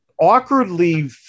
awkwardly